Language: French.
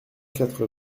quatre